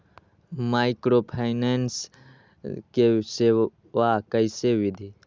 Microfinance के सेवा कइसे विधि?